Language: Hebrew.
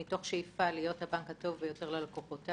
מתוך שאיפה להיות הבנק הטוב ביותר ללקוחותיו,